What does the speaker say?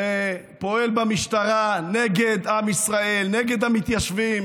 שפועל במשטרה נגד עם ישראל, נגד המתיישבים